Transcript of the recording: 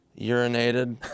urinated